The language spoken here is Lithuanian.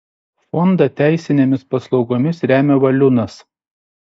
fondą teisinėmis paslaugomis remia valiunas